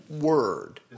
word